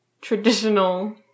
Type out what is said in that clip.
traditional